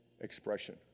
expression